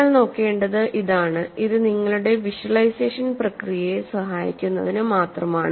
നിങ്ങൾ നോക്കേണ്ടത് ഇതാണ് ഇത് നിങ്ങളുടെ വിഷ്വലൈസേഷൻ പ്രക്രിയയെ സഹായിക്കുന്നതിന് മാത്രമാണ്